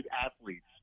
athletes